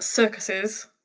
circuses